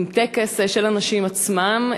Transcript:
עם טקס של הנשים עצמן,